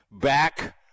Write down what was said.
Back